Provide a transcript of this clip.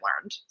learned